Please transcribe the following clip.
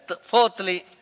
fourthly